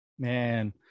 man